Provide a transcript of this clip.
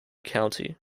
county